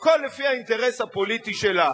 הכול לפי האינטרס הפוליטי שלה.